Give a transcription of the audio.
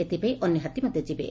ଏଥିପାଇଁ ଅନ୍ୟ ହାତୀ ମଧ୍ଧ ଯିବେ